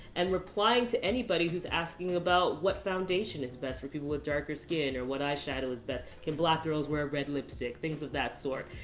and replying to anybody who's asking about, what foundation is best for people with darker skin, or what eye shadow is best. can black girls wear red lipstick? things of that sort.